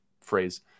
phrase